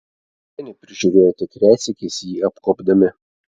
slėnį prižiūrėjo tik retsykiais jį apkuopdami